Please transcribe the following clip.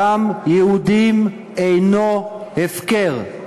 דם יהודים אינו הפקר.